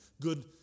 good